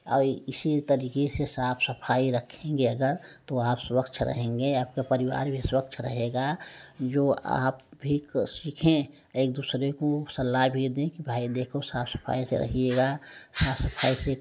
और इसी तरीके से साफ सफाई रखेंगे अगर तो आप स्वच्छ रहेंगे आपका परिवार भी स्वच्छ रहेगा जो आप भी सीखें एक दूसरे कों सलाह भी दें कि भाई देखो साफ सफाई से रहिएगा साफ सफाई से